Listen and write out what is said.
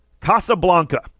Casablanca